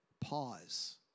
Pause